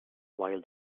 while